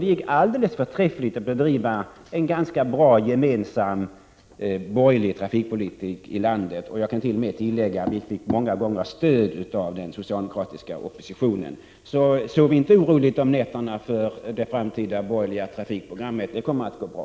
Det gick alldeles förträffligt att gemensamt bedriva en bra borgerlig trafikpolitik i landet. Jag kan tillägga att vi ofta t.o.m. fick stöd av den socialdemokratiska oppositionen. Så sov inte oroligt om nätterna för det framtida borgerliga trafikprogrammets skull! Det kommer att gå bra.